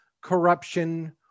corruption